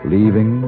Leaving